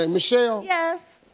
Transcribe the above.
and michelle? yes.